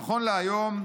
נכון להיום,